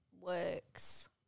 Works